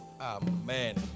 amen